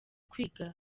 kwiga